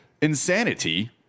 insanity